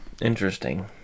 Interesting